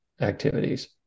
activities